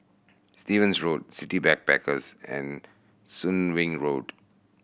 Stevens Road City Backpackers and Soon Wing Road